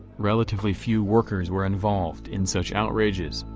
relatively few workers were involved in such outrages,